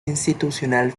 institucional